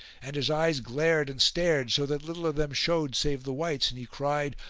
and his eyes glared and stared, so that little of them showed save the whites and he cried,